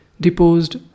deposed